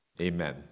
amen